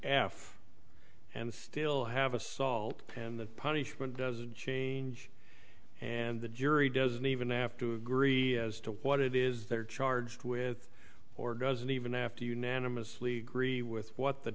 f and still have assault and the punishment doesn't change and the jury doesn't even after agree as to what it is they're charged with or doesn't even after unanimously agree with what the